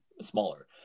smaller